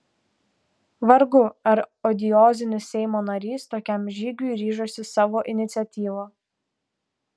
vargu ar odiozinis seimo narys tokiam žygiui ryžosi savo iniciatyva